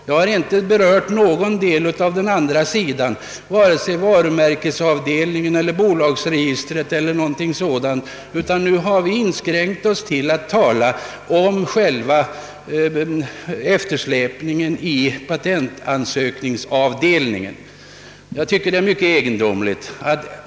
Jag har inte berört vare sig varumärkesavdelningen eller bolagsregistret utan har inskränkt mig till att nämna eftersläpningen i granskningen av patentansökningar.